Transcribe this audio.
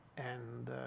and